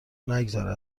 نگذره